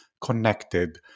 connected